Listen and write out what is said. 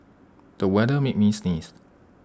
the weather made me sneeze